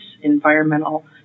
environmental